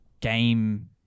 game